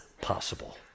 possible